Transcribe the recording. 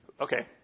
okay